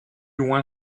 loin